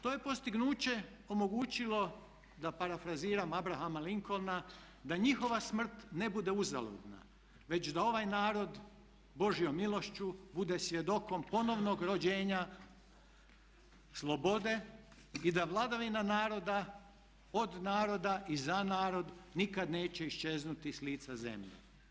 To je postignuće omogućilo da parafraziram Abrahama Lincolna da njihova smrt ne bude uzaludna već da ovaj narod božjom milošću bude svjedokom ponovnog rođenja slobode i da vladavina naroda, od naroda i za narod nikad neće iščeznuti s lica zemlje.